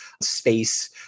space